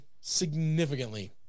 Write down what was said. significantly